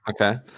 Okay